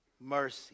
Mercy